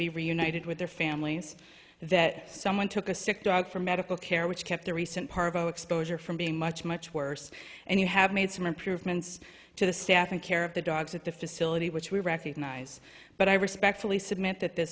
be reunited with their families that someone took a sick dog for medical care which kept the recent parvo exposure from being much much worse and you have made some improvements to the staff and care of the dogs at the facility which we recognize but i respectfully submit that this